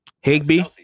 Higby